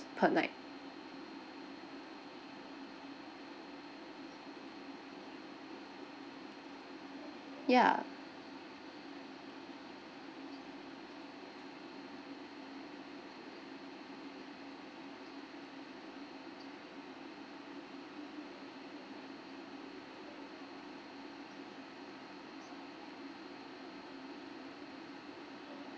per night ya